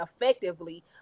effectively